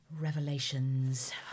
Revelations